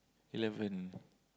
eleven